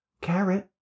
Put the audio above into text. Carrot